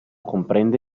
comprende